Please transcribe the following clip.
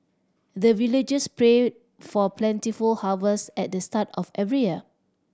the villagers pray for plentiful harvest at the start of every year